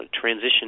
Transition